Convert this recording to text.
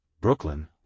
Brooklyn